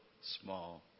small